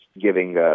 giving